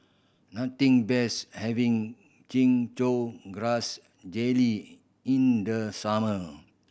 nothing beats having Chin Chow Grass Jelly in the summer